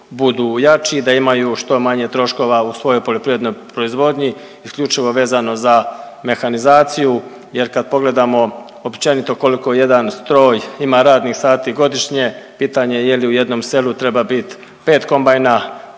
da imaju što manje troškova u svojoj poljoprivrednoj proizvodnji isključivo vezano za mehanizaciju jer kad pogledamo općenito koliko jedan stroj ima radnih sati godišnje pitanje je je li u jednom selu treba bit 5 kombajna